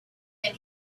and